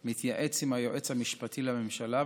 הוא מתייעץ עם היועץ המשפטי לממשלה,